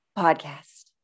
podcast